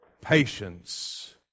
patience